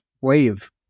wave